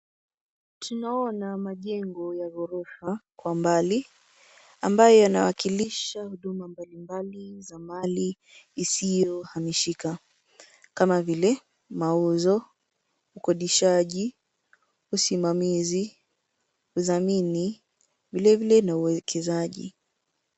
Tunaona majengo ya ghorofa kwa mbali ambayo yanawakilisha huduma mbalimbali za mali isiyohamishika kama vile mauzo, ukodishaji, usimamizi, udhamini, vilevile na uwekezaji.